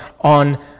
on